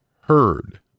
heard